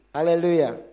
Hallelujah